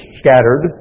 scattered